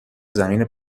زمین